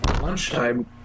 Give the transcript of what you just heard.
Lunchtime